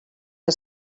que